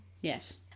Yes